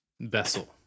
vessel